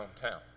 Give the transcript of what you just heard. hometown